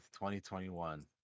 2021